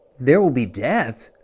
there will be death?